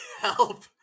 help